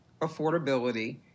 affordability